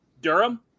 Durham